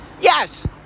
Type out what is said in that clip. Yes